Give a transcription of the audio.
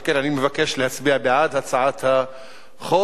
על כן אני מבקש להצביע בעד הצעת החוק,